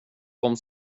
kom